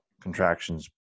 contractions